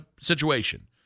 Situation